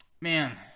Man